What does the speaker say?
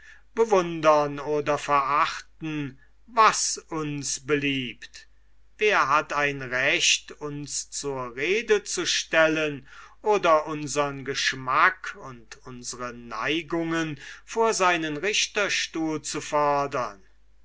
bewundern oder verachten was uns beliebt wer hat ein recht uns zur rede zu stellen oder unsern geschmack und unsre neigungen vor seinen richterstuhl zu fordern